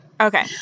Okay